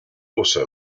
also